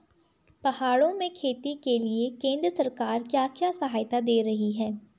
पहाड़ों में खेती के लिए केंद्र सरकार क्या क्या सहायता दें रही है?